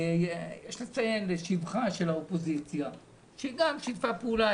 ויש לציין לשבחה של האופוזיציה שהיא גם שיתפה פעולה,